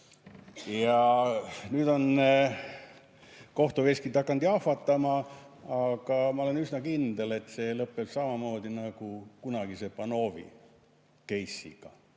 Nüüd on kohtuveskid hakanud jahvatama, aga ma olen üsna kindel, et see lõpeb samamoodi nagu kunagi see Panovi keiss. Aastaid